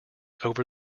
over